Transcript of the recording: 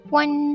one